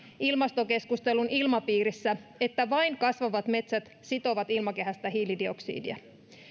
ilmastokeskustelun ilmapiirissä että vain kasvavat metsät sitovat ilmakehästä hiilidioksidia